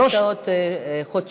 תשע שעות חודשיות?